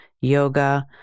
yoga